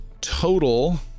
total